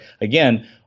again